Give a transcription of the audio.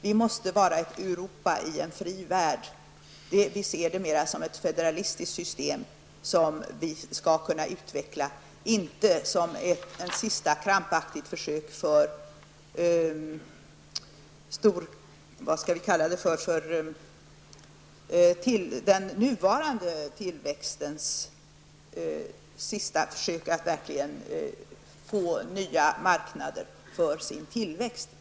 Vi måste vara ett Europa i en fri värld. Vi ser det mer som ett federalistiskt system som vi skall utveckla, inte som ett sista krampaktigt försök att få nya marknader för tillväxten.